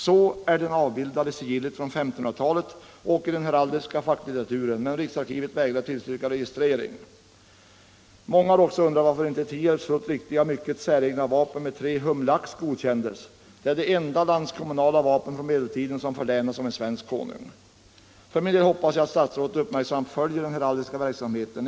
Så är den avbildad i sigillet från 1500-talet och i den heraldiska facklitteraturen. Men riksarkivet vägrade att tillstyrka registrering. Många har också undrat varför inte Tierps fullt riktiga och mycket säregna vapen med tre humleax godkändes. Det är det enda landskommunala vapen från medeltiden som förlänats av en svensk konung. För min del hoppas jag att statsrådet uppmärksamt följer den heraldiska verksamheten.